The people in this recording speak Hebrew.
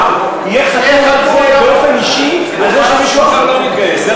יהיה חתום באופן אישי על זה שמישהו אחר לא מתגייס.